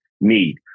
need